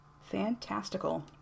fantastical